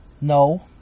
No